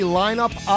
lineup